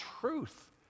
truth